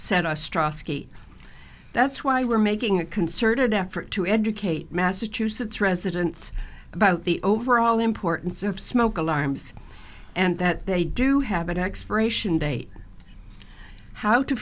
set a straw ski that's why we're making a concerted effort to educate massachusetts residents about the overall importance of smoke alarms and that they do have an expiration date how